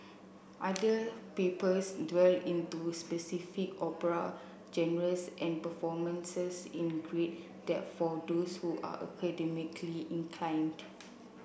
other papers dwell into specific opera genres and performances in great depth for those who are academically inclined